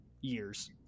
years